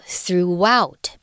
throughout